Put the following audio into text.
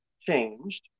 changed